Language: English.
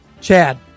Chad